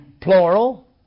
plural